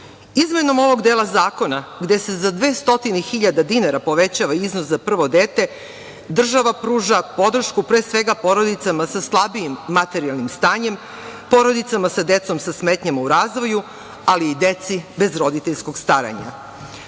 ovog dela zakona, gde se za 200.000 dinara povećava iznos za prvo dete, država pruža podršku, pre svega, porodicama sa slabijim materijalnim stanjem, porodicama sa decom sa smetnjama u razvoju, ali i deci bez roditeljskog staranja. Ovo